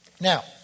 Now